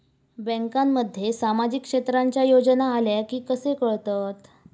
बँकांमध्ये सामाजिक क्षेत्रांच्या योजना आल्या की कसे कळतत?